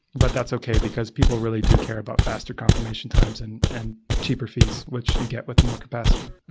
but that's okay because people really do care about faster confirmation times and and cheaper fees which you get with more capacity.